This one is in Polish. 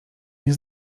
nie